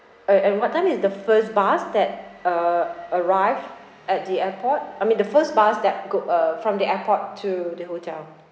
uh and what time is the first bus that uh arrive at the airport I mean the first bus that go uh from the airport to the hotel